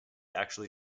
actually